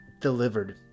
delivered